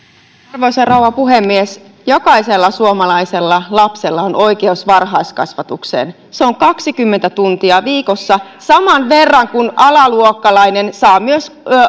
arvoisa rouva puhemies jokaisella suomalaisella lapsella on oikeus varhaiskasvatukseen se on kaksikymmentä tuntia viikossa saman verran kuin alaluokkalainen saa myös